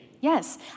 Yes